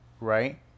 right